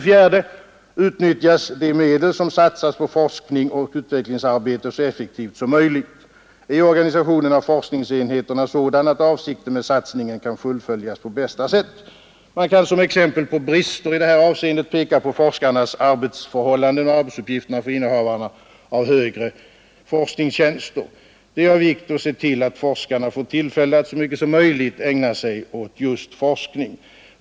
4, Utnyttjas de medel som satsas på forskning och utvecklingsarbete så effektivt som möjligt? Är organisationen av forskningsenheterna sådan att avsikten med satsningen kan fullföljas på bästa sätt? Man kan som exempel på brister i det här avseendet peka på forskarnas arbetsförhållanden och arbetsuppgifterna för innehavarna av högre forskningstjänster. Det är av vikt att se till att forskarna får tillfälle att så mycket som möjligt ägna sig åt just forskning.